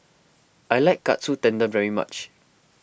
I like Katsu Tendon very much